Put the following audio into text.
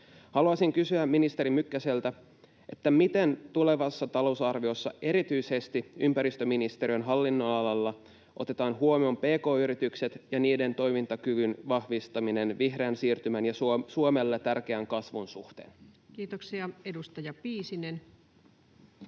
Haluaisin kysyä ministeri Mykkäseltä, miten tulevassa talousarviossa erityisesti ympäristöministeriön hallinnonalalla otetaan huomioon pk-yritykset ja niiden toimintakyvyn vahvistaminen vihreän siirtymän ja Suomelle tärkeän kasvun suhteen. [Speech 252] Speaker: